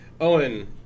Owen